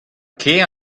kaer